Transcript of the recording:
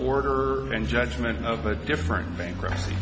order in judgment of a different bankruptcy